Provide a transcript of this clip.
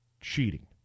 cheating